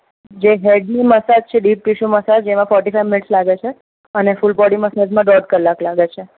જે હેડની મસાજ છે ડીપ ટીસ્યુ મસાજ એમાં ફોર્ટી ફાઇવ મિનિટ્સ લાગે છે અને ફૂલ બોડી મસાજમાં દોઢ કલાક લાગે છે